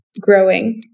Growing